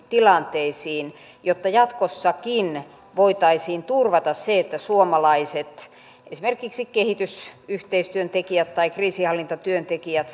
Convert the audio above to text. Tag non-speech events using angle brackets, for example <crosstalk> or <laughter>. tilanteisiin jotta jatkossakin voitaisiin turvata se että suomalaiset esimerkiksi kehitysyhteistyöntekijät tai kriisinhallintatyöntekijät <unintelligible>